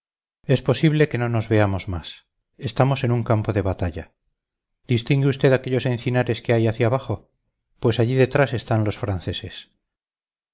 es posible que no nos veamos más estamos en un campo de batalla distingue usted aquellos encinares que hay hacia abajo pues allí detrás están los franceses